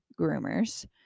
groomers